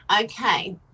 okay